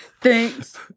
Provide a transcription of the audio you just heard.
Thanks